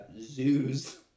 zoos